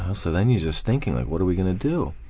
ah so then you're just thinking like what are we gonna do?